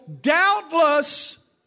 doubtless